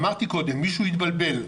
אמרתי קודם, מישהו התבלבל.